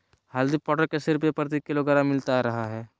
हल्दी पाउडर कैसे रुपए प्रति किलोग्राम मिलता रहा है?